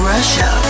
Russia